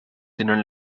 tenen